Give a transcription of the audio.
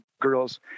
girls